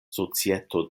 societo